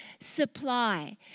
supply